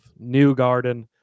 newgarden